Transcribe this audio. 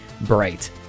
bright